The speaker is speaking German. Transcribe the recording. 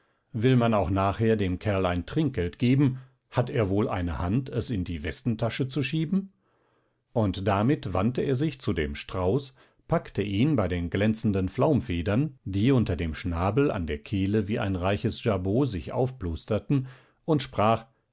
will man auch nachher dem kerl ein trinkgeld geben hat er wohl eine hand es in die westentasche zu schieben und damit wandte er sich zu dem strauß packte ihn bei den glänzenden flaumfedern die unter dem schnabel an der kehle wie ein reiches jabot sich aufplusterten und sprach